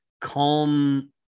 calm